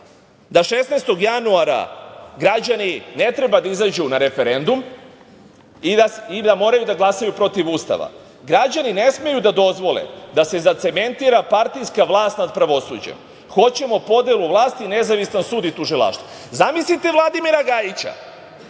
da 16. januara građani ne treba da izađu na referendum i da moraju da glasaju protiv Ustava. Građani ne smeju da dozvole da se zacementira partijska vlast nad pravosuđem. Hoćemo podelu vlasti, nezavisan sud u tužilaštvo. Zamislite Vladimira Gajića,